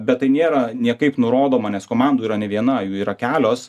bet tai nėra niekaip nurodoma nes komandų yra ne viena jų yra kelios